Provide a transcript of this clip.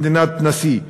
מדינת נשיא.